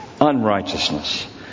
Unrighteousness